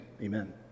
amen